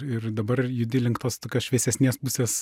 ir dabar judi link tos tokios šviesesnės pusės